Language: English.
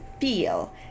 feel